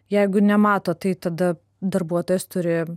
jeigu nemato tai tada darbuotojas turi